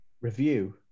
review